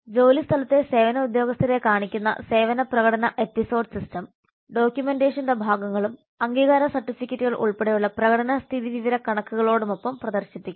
ജോലിസ്ഥലത്തെ സേവന ഉദ്യോഗസ്ഥരെ കാണിക്കുന്ന സേവന പ്രകടന എപ്പിസോഡ് സിസ്റ്റം ഡോക്യുമെന്റേഷന്റെ ഭാഗങ്ങളും അംഗീകാര സർട്ടിഫിക്കറ്റുകൾ ഉൾപ്പെടെയുള്ള പ്രകടന സ്ഥിതിവിവരകണക്കുകളോടുമൊപ്പം പ്രദർശിപ്പിക്കണം